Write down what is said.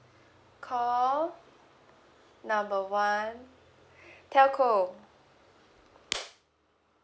call number one telco